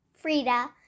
Frida